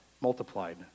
multiplied